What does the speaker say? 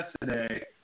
yesterday